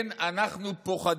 כן, אנחנו פוחדים,